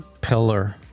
pillar